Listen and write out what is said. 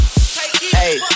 hey